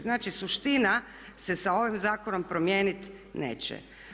Znači suština se sa ovim zakonom promijenit neće.